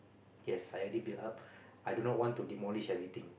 yes I already built up I do not want to demolish everything